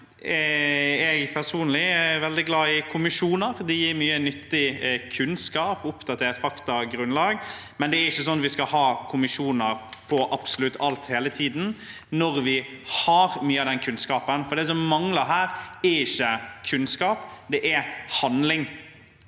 er veldig glad i kommisjoner. De gir mye nyttig kunnskap og oppdatert faktagrunnlag, men det er ikke sånn at vi skal ha kommisjoner for absolutt alt hele tiden – når vi har mye av den kunnskapen. Det som mangler her, er ikke kunnskap, det er handling.